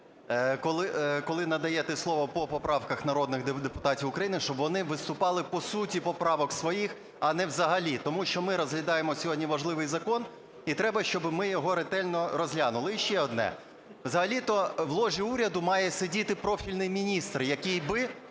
коли надаєте слово по поправках народних депутатів України, щоб вони виступали по суті поправок своїх, а не взагалі, тому що ми розглядаємо сьогодні важливий закон і треба, щоб ми його ретельно розглянули. І ще одне. Взагалі-то в ложі уряду має сидіти профільний міністр, який би